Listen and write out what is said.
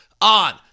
on